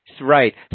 Right